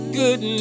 good